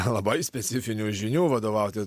labai specifinių žinių vadovauti